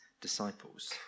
disciples